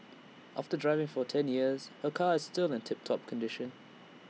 after driving for ten years her car is still in tip top condition